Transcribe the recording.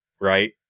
right